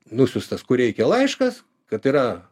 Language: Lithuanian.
nusiųstas kur reikia laiškas kad yra